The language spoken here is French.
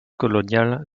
coloniale